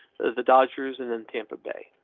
the dodgers, and then tampa bay.